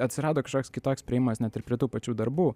atsirado kažkoks kitoks priėjimas net ir prie tų pačių darbų